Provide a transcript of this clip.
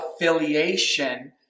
affiliation